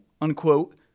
unquote